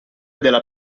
della